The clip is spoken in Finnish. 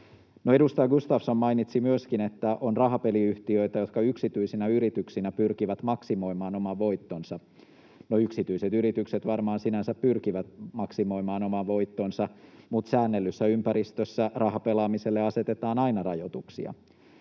Edustaja Gustafsson mainitsi myöskin, että on rahapeliyhtiöitä, jotka yksityisinä yrityksinä pyrkivät maksimoimaan oman voittonsa. No, yksityiset yritykset varmaan sinänsä pyrkivät maksimoimaan oman voittonsa, mutta säännellyssä ympäristössä rahapelaamiselle asetetaan aina rajoituksia.